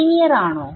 linear ആണോ